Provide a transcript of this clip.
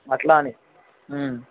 అట్లా అని